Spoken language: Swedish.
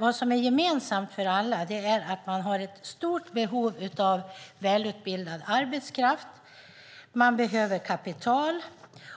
Vad som är gemensamt för alla är att man har ett stort behov av välutbildad arbetskraft, att man behöver kapital